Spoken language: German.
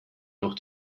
noch